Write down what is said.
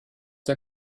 der